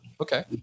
Okay